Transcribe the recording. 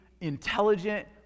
intelligent